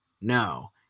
No